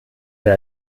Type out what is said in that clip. wer